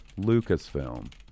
Lucasfilm